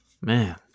man